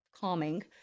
calming